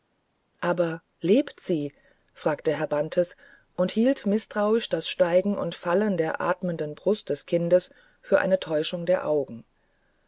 aber lebt sie fragte herr bantes und hielt mißtrauisch das steigen und fallen der atmenden brust des kindes für eine täuschung der augen